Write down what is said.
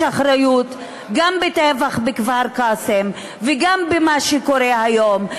יש אחריות, גם לטבח בכפר-קאסם וגם למה שקורה היום.